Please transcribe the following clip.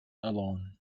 along